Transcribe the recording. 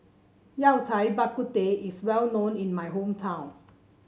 Yao Cai Bak Kut Teh is well known in my hometown